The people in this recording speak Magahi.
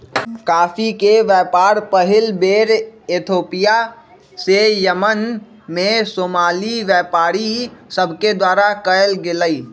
कॉफी के व्यापार पहिल बेर इथोपिया से यमन में सोमाली व्यापारि सभके द्वारा कयल गेलइ